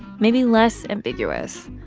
maybe less ambiguous.